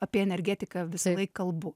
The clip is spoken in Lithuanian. apie energetiką visalaik kalbu